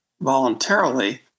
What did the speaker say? voluntarily